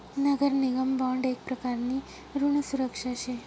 नगर निगम बॉन्ड येक प्रकारनी ऋण सुरक्षा शे